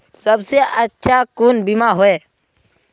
सबसे अच्छा कुन बिमा होय?